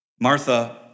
Martha